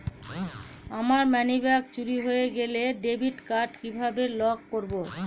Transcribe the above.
আমার মানিব্যাগ চুরি হয়ে গেলে ডেবিট কার্ড কিভাবে লক করব?